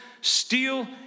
steal